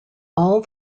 all